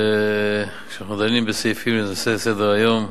וכשאנחנו דנים בסעיפים על סדר-היום,